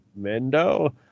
Mendo